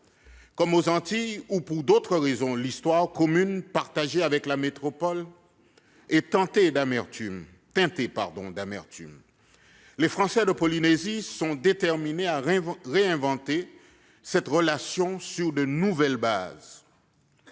Comme aux Antilles où, pour d'autres raisons, l'histoire commune partagée avec la métropole est teintée d'amertume, les Français de Polynésie sont déterminés à réinventer cette relation sur de nouvelles bases.